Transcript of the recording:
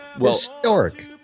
historic